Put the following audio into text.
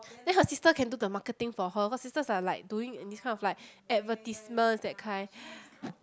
then her sister can do the marketing for her her sisters are like doing in this kind of like advertisements that kind